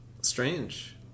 strange